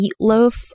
meatloaf